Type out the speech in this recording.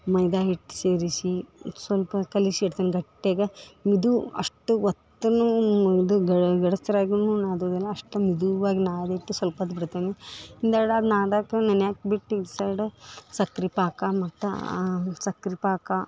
ಮೈದಾ ಹಿಟ್ಟು ಸೇರಿಸಿ ಸ್ವಲ್ಪ ಕಲಿಸಿ ಇಡ್ತೀನಿ ಗಟ್ಟಿಯಗ ಮೆದು ಅಷ್ಟು ಒತ್ತುನು ಇದು ಗಡಸ್ರಾಗುನು ನಾದುದಿಲ್ಲ ಅಷ್ಟು ಮೆದುವಾಗ ನಾದಿಟ್ಟು ಸೊಲ್ಪತ್ತು ಬಿಡ್ತೀನಿ ನಾದಾಕ ನೆನ್ಯಕ್ಕೆ ಬಿಟ್ಟು ಈ ಸೈಡ ಸಕ್ರಿ ಪಾಕ ಮತ್ತು ಸಕ್ರಿ ಪಾಕ